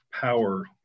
power